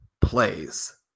plays